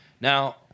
Now